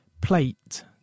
plate